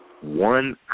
one